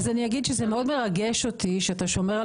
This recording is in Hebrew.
אז אני אגיד שזה מאוד מרגש שאותי שאתה שומר על